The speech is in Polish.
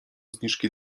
zniżki